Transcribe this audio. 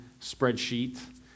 spreadsheet